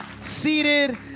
seated